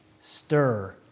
Stir